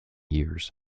years